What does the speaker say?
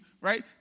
right